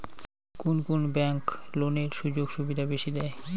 কুন কুন ব্যাংক লোনের সুযোগ সুবিধা বেশি দেয়?